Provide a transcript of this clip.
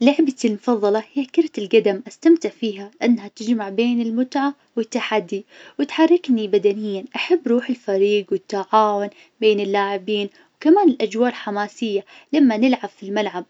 لعبتي المفظلة هي كرة القدم استمتع فيها لأنها تجمع بين المتعة والتحدي وتحركني بدنيا. أحب روح الفريق والتعاون بين اللاعبين وكمان الأجواء الحماسية لما نلعب في الملعب.